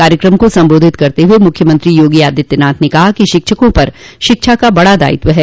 कार्यक्रम को संबोधित करते हुए मुख्यमंत्री योगी आदित्यनाथ ने कहा कि शिक्षकों पर शिक्षा का बड़ा दायित्व है